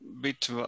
bit